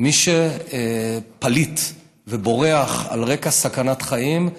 מי שפליט ובורח על רקע סכנת חיים,